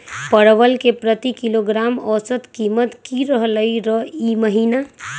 परवल के प्रति किलोग्राम औसत कीमत की रहलई र ई महीने?